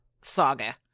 saga